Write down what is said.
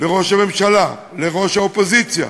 לראש הממשלה, לראש האופוזיציה,